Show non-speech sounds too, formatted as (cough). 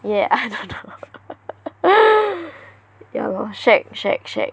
ya I dunno (laughs) yeah lor shag shag shag